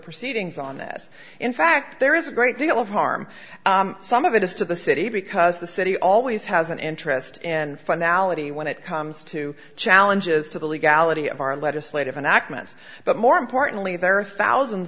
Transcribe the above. proceedings on this in fact there is a great deal of harm some of it is to the city because the city always has an interest in finality when it comes to challenges to the legality of our legislative an accident but more importantly the